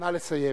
נא לסיים.